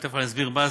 תכף אני אסביר מה זה,